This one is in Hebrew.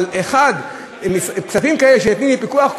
אבל כספים כאלה שניתנים בלי פיקוח,